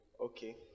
Okay